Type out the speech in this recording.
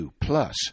plus